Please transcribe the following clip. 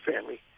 family